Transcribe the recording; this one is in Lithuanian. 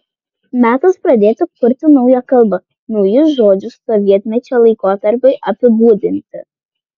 metas pradėti kurti naują kalbą naujus žodžius sovietmečio laikotarpiui apibūdinti